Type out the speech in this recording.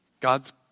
God's